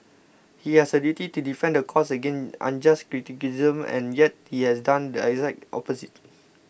he has a duty to defend the courts against unjust criticism and yet he has done the exact opposite